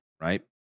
right